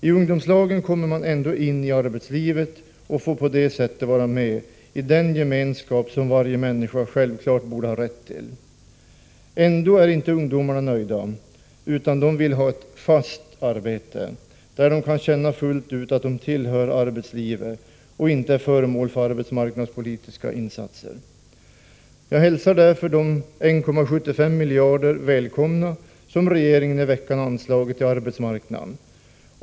I ungdomslagen kommer man ändå in i arbetslivet och får på det sättet vara med i den gemenskap som varje människa självklart borde ha rätt till. Ändå är inte ungdomarna nöjda, utan de vill ha ett fast arbete där de kan känna fullt ut att de tillhör arbetslivet och inte är föremål för arbetsmarknadspolitiska insatser. Jag hälsar därför med tillfredsställelse att regeringen i veckan anslagit 1,75 miljarder till arbetsmarknaden.